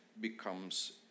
becomes